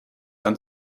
dann